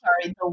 sorry